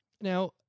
Now